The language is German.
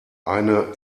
eine